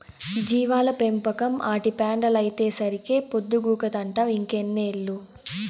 జీవాల పెంపకం, ఆటి పెండలైతేసరికే పొద్దుగూకతంటావ్ ఇంకెన్నేళ్ళు